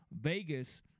Vegas